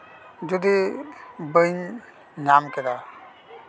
ᱡᱩᱫᱤ ᱵᱟᱹᱧ ᱧᱟᱢ ᱠᱮᱫᱟ